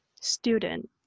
student